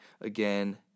again